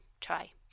try